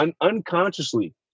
unconsciously